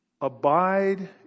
Abide